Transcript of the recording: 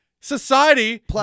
society